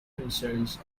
concerns